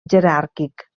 jeràrquic